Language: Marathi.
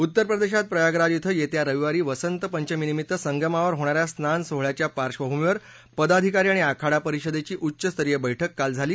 उत्तरप्रदेशात प्रयागराज क्षे येत्या रविवारी वसंतपंचमीनिमित्त संगमावर होणाऱ्या स्नान सोहळ्याच्या पार्श्वभूमीवर पदाधिकारी आणि आखाडापरिषदेची उच्चस्तरीय बैठक काल झाली